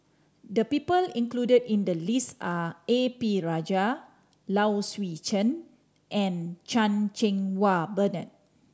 the people included in the list are A P Rajah Low Swee Chen and Chan Cheng Wah Bernard